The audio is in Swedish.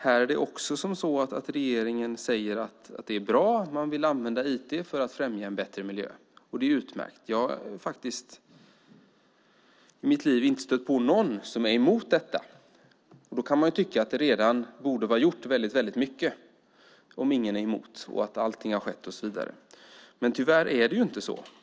Här säger regeringen att det är bra och att man vill använda IT för att främja en bättre miljö. Det är utmärkt. Jag har i mitt liv inte stött på någon som är emot detta. Då kan man tycka att väldigt mycket redan borde vara gjort, om ingen är emot och allting har skett. Men tyvärr är det inte så.